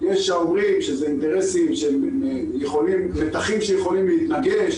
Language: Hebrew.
יש האומרים שיש כאן מתחים שיכולים להתנגש,